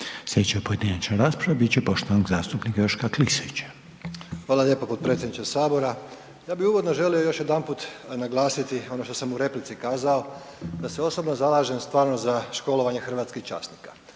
Sljedeća pojedinačna rasprava bit će poštovanog zastupnika Joška Klisovića. **Klisović, Joško (SDP)** Hvala lijepo potpredsjedniče Sabora. Ja bih uvodno želio još jedanput naglasiti ono što sam u replici kazao da se osobno zalažem stvarno za školovanje hrvatskih časnika